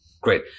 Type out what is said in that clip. Great